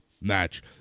match